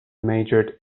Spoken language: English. majored